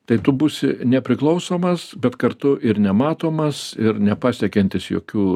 tai tu būsi nepriklausomas bet kartu ir nematomas ir nepasiekiantis jokių